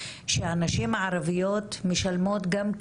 אני יודעת שיש עבר של אלימות וזה גם התפרסם,